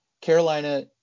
Carolina